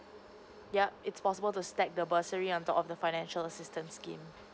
yup it's possible to stack the bursary on top of the financial assistance scheme